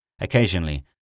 Occasionally